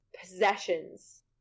possessions